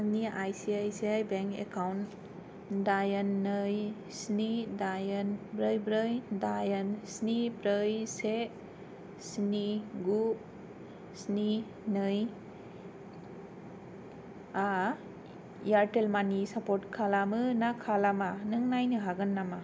आंनि I C I C I bank account दाइन नै स्नि दाइन ब्रै ब्रै दाइन स्नि ब्रै से स्नि गु स्नि नैआ एयारटेल मानि सापर्ट खालामो ना खालामा नों नायनो हागोन नामा